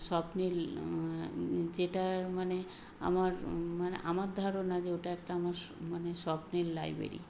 স্বপ্নের যেটার মানে আমার মানে আমার ধারণা যে ওটা একটা আমার মানে স্বপ্নের লাইব্রেরি